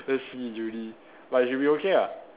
let's see in uni but should be okay ah